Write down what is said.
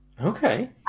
Okay